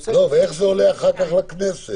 איך זה עולה אחר כך לכנסת?